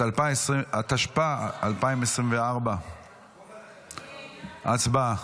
התשפ"ה 2024. הצבעה.